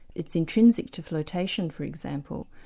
it's intrinsic to flirtation for example,